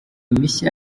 mishya